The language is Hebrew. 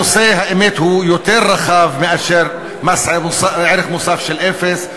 הנושא, האמת, הוא יותר רחב מאשר מס ערך מוסף אפס.